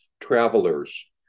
Travelers